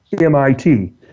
MIT